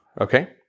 Okay